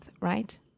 right